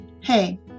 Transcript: hey